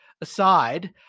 aside